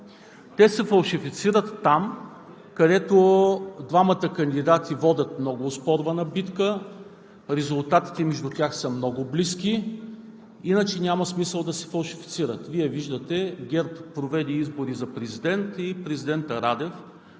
Те се фалшифицират там, където двамата кандидати водят много оспорвана битка, резултатите между тях са много близки, иначе няма смисъл да се фалшифицират. Вие виждате – ГЕРБ проведоха избори за президент и президентът Радев